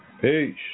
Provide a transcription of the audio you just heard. Peace